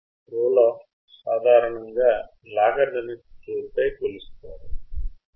role off సాధారణంగా logarithmic స్కేల్పై కొలుస్తారు